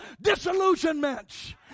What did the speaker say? disillusionment